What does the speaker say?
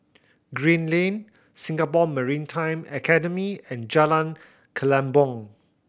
Green Lane Singapore Maritime Academy and Jalan Kelempong